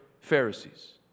Pharisees